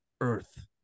Earth